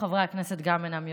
גם רוב חברי הכנסת אינם יודעים,